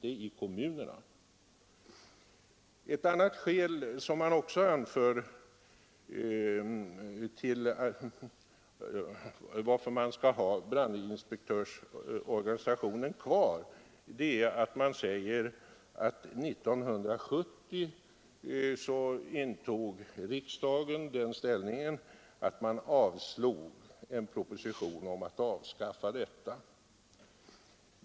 Ett annat skäl som också anförs för att ha brandinspektörsorganisationen kvar är att riksdagen 1970 avslog en proposition om att avskaffa denna organisation.